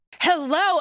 Hello